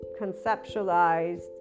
conceptualized